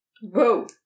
whoa